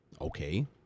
okay